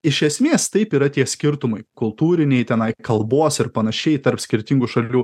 iš esmės taip yra tie skirtumai kultūriniai tenai kalbos ir panašiai tarp skirtingų šalių